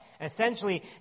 Essentially